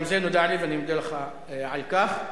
גם זה נודע לי, ואני מודה לך על כך.